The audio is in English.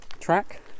track